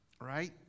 Right